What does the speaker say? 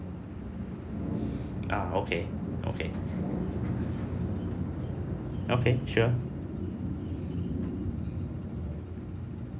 ah okay okay okay sure